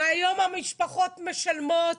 והיום המשפחות משלמות